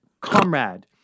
comrade